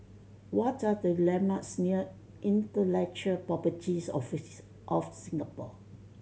what are the landmarks near Intellectual Property Office of Singapore